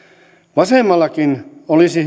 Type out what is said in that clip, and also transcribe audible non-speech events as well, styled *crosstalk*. vasemmallakin olisi *unintelligible*